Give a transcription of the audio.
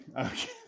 Okay